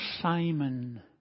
Simon